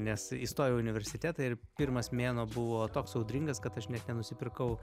nes įstojau į universitetą ir pirmas mėnuo buvo toks audringas kad aš net nenusipirkau